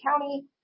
county